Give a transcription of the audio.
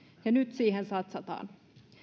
ja nyt siihen satsataan